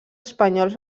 espanyols